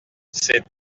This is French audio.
c’est